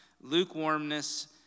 lukewarmness